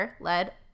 led